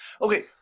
Okay